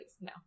no